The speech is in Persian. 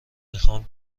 میخوام